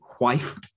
wife